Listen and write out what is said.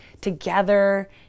together